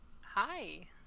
Hi